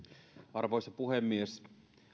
arvoisa puhemies